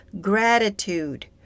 gratitude